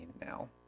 now